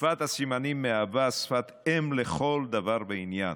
שפת הסימנים מהווה שפת אם לכל דבר ועניין,